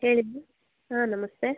ಹೇಳಿ ಮೇಡಮ್ ಹಾಂ ನಮಸ್ತೆ